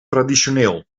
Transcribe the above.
traditioneel